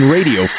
Radio